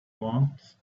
want